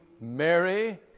Mary